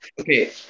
Okay